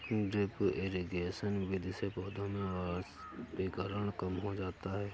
drip irrigation विधि से पौधों में वाष्पीकरण कम हो जाता है